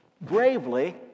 bravely